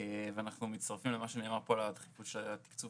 ואנחנו מצטרפים למה שנאמר פה על התקצוב שלה.